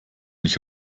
nicht